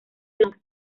blanca